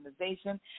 organization